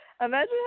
imagine